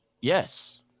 Yes